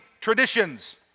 traditions